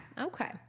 okay